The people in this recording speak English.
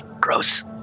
gross